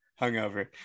Hungover